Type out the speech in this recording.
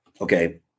okay